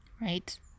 Right